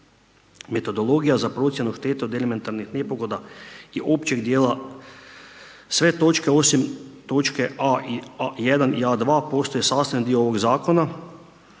Metodologija za procjenu šteta od elementarnih nepogoda je općeg dijela sve točke osim točke A1. i A2. postaju sastavni dio ovog zakona